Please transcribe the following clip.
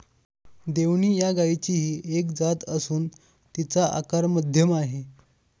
देवणी या गायचीही एक जात असून तिचा आकार मध्यम आहे